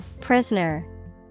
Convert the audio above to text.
Prisoner